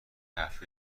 هفته